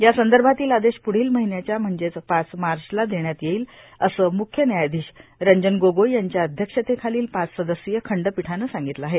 या संदर्भातील आदेश पुढील महिन्याच्या म्हणजेच पाच मार्चला देण्यात येईल असं मुख्य न्यायाधीश रंजन गोगोई यांच्या अध्यक्षतेखालील पाच सदस्यीय खंडपीठानं सांगितलं आहे